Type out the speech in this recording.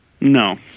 no